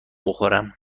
بخورم